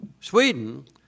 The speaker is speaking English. Sweden